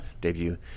debut